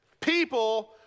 People